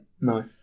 No